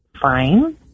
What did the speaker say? fine